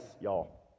y'all